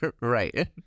right